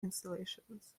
installations